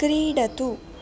क्रीडतु